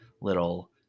little